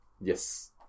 Yes